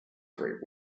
great